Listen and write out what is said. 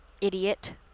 idiot